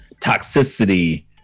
toxicity